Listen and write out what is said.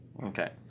Okay